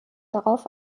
darauf